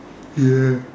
yes